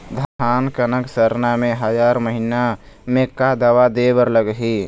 धान कनक सरना मे हजार महीना मे का दवा दे बर लगही?